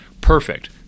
perfect